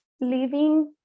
living